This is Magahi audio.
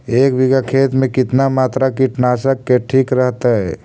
एक बीघा खेत में कितना मात्रा कीटनाशक के ठिक रहतय?